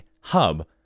hub